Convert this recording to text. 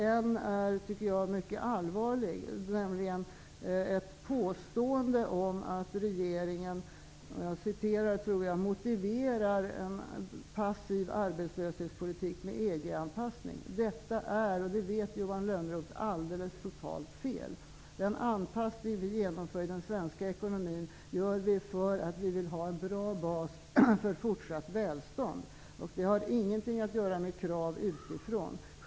En av dem är mycket allvarlig, nämligen påståendet om att regeringen motiverar en passiv arbetslöshetspolitik med EG-anpassning. Detta är alldeles totalt fel. Det vet Johan Lönnroth. Den anpassning vi genomför i den svenska ekonomin gör vi för att vi vill ha en bra bas för fortsatt välstånd. Det har ingenting att göra med krav utifrån.